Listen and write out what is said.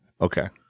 Okay